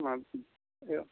অ